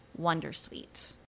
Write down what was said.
wondersuite